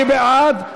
מי בעד?